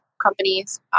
companies